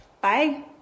Bye